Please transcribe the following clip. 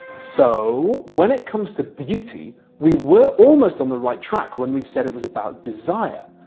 so when it comes to beauty we were almost on the right track when we said it was about desire.